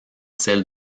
celle